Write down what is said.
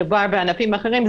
מדובר בענפים אחרים,